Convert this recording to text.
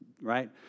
right